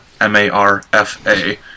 M-A-R-F-A